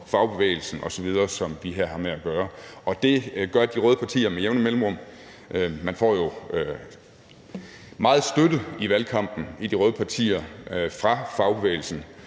fagbevægelsen osv., som det her har med at gøre, og det gør de røde partier med jævne mellemrum. Man får jo i de røde partier i valgkampen meget støtte fra fagbevægelsen,